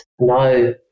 no